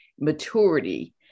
maturity